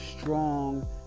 strong